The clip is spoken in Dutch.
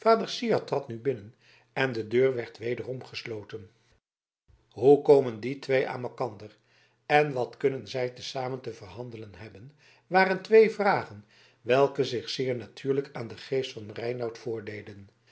syard trad nu binnen en de deur werd wederom gesloten hoe komen die twee aan malkander en wat kunnen zij te zamen te verhandelen hebben waren twee vragen welke zich zeer natuurlijk aan den geest van reinout voordeden